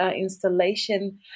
installation